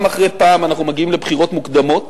אחרי פעם אנחנו מגיעים לבחירות מוקדמות.